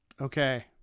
Okay